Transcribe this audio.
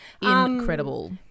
Incredible